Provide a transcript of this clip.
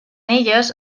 elles